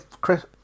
Chris